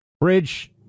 Bridge